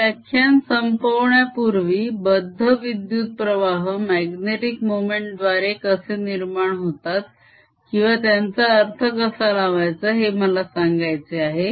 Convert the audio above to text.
हे व्याख्यान संपवण्यापूर्वी बद्ध विद्युत्प्रवाह magnetic मोमेंट द्वारे कसे निर्माण होतात किंवा त्यांचा अर्थ कसा लावायचा हे मला सांगायचे आहे